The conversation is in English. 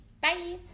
Bye